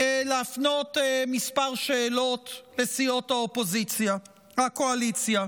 להפנות כמה שאלות לסיעות הקואליציה.